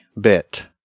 Bit